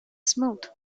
smooth